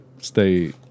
stay